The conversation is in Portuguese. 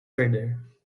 perder